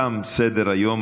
תם סדר-היום.